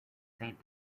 saint